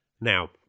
Now